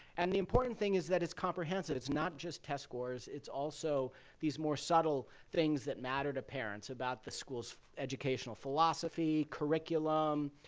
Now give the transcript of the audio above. and the important thing is that it's comprehensive. it's not just test scores. it's also these more subtle things that matter to parents about the school's educational philosophy, curriculum,